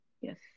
Yes